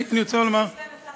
אדוני סגן השר,